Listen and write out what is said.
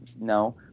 No